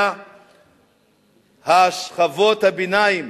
שכבות הביניים